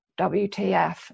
WTF